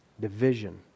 division